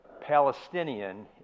Palestinian